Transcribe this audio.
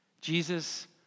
Jesus